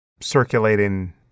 circulating